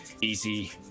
easy